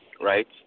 right